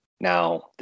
Now